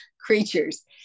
creatures